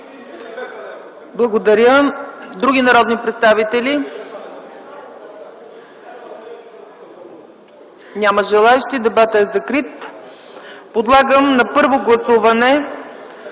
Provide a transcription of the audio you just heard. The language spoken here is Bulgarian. Благодаря. Други народни представители? Няма желаещи. Дебатът е закрит. Подлагам на първо гласуване